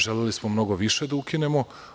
Želeli smo mnogo više da ukinemo.